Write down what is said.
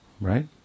Right